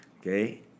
Okay